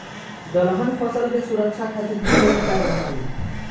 दलहन फसल के सुरक्षा खातिर विशेष उपाय बताई?